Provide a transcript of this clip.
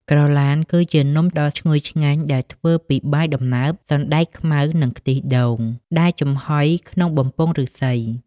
ក្រឡានគឺជានំដ៏ឈ្ងុយឆ្ងាញ់ដែលធ្វើពីបាយដំណើប សណ្តែកខ្មៅ និងខ្ទិះដូង ដែលចំហុយក្នុងបំពង់ឫស្សី។